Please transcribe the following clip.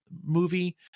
movie